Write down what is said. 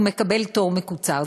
הוא מקבל תור מקוצר.